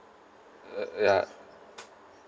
uh uh ya